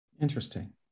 Interesting